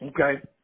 Okay